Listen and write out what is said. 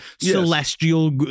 celestial